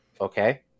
okay